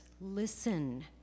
listen